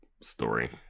story